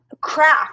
craft